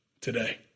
today